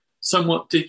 somewhat